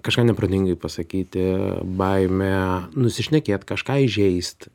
kažką neprotingai pasakyti baimė nusišnekėt kažką įžeist